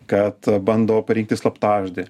kad bando parinkti slaptažodį